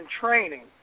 training